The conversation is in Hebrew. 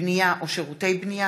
בנייה או שירותי בנייה),